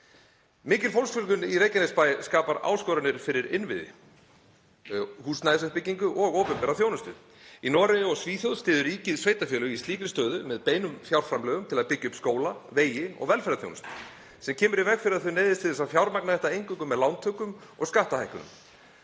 Mikil fólksfjölgun í Reykjanesbæ skapar áskoranir fyrir innviði, húsnæðisuppbyggingu og opinbera þjónustu. Í Noregi og Svíþjóð styður ríkið sveitarfélög í slíkri stöðu með beinum fjárframlögum til að byggja upp skóla, vegi og velferðarþjónustu sem kemur í veg fyrir að þau neyðist til þess að fjármagna þetta eingöngu með lántökum og skattahækkunum.